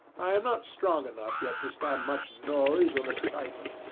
i am not strong enough yet to stand much noise or excitement.